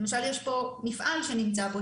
למשל יש פה מפעל שנמצא פה,